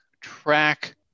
track